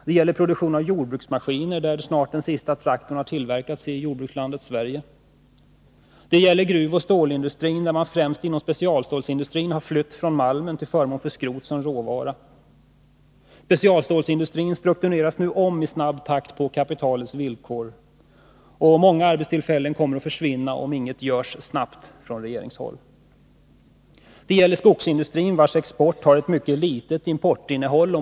Det gäller produktionen av jordbruksmaskiner. Snart har den sista traktorn tillverkats i jordbrukslandet Sverige. Det gäller gruvoch stålindustrin, där man främst inom specialstålsindustrin har flytt från malmen till förmån för skrotet som råvara. Specialstålsindustrin struktureras nu om i snabb takt på kapitalets villkor, och många arbetstillfällen kommer att försvinna om inget görs snabbt från regeringshåll. Det gäller skogsindustrin, vars export har ett mycket litet importinnehåll.